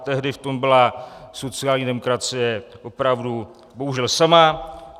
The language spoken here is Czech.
Tehdy v tom byla sociální demokracie opravdu bohužel sama.